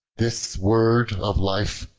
this word of life,